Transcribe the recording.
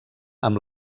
amb